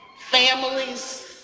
families,